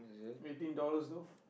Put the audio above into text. eighteen dollars though